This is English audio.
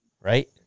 right